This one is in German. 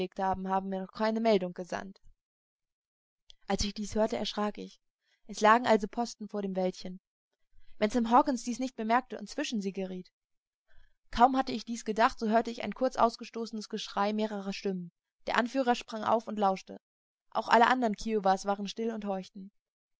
haben mir noch keine meldung gesandt als ich dies hörte erschrak ich es lagen also posten vor dem wäldchen wenn sam hawkens diese nicht bemerkte und zwischen sie geriet kaum hatte ich dies gedacht so hörte ich ein kurz ausgestoßenes geschrei mehrerer stimmen der anführer sprang auf und lauschte auch alle andern kiowas waren still und